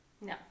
No